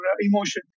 emotion